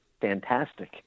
fantastic